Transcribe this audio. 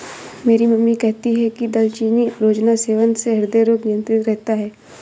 मेरी मम्मी कहती है कि दालचीनी रोजाना सेवन से हृदय रोग नियंत्रित रहता है